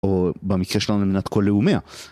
או במקרה שלנו במדינת כל לאומיה